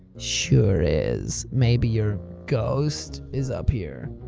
sure is. maybe your. ghost? is up here.